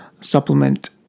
supplement